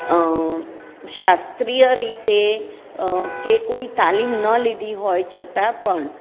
શાસ્ત્રીય રીતે કે કોઈ તાલીમ ન લીધી હોય છતાં પણ